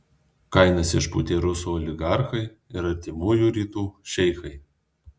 kainas išpūtė rusų oligarchai ir artimųjų rytų šeichai